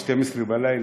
24:00,